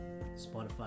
spotify